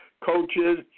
coaches